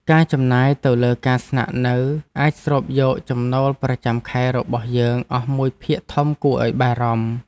ការចំណាយទៅលើការស្នាក់នៅអាចស្រូបយកចំណូលប្រចាំខែរបស់យើងអស់មួយភាគធំគួរឱ្យបារម្ភ។